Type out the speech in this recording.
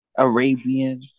Arabian